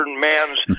man's